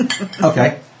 okay